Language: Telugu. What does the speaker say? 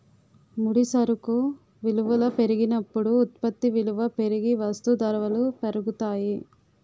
ముడి సరుకు విలువల పెరిగినప్పుడు ఉత్పత్తి విలువ పెరిగి వస్తూ ధరలు పెరుగుతాయి